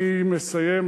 אני מסיים.